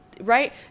Right